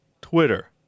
Twitter